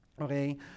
Okay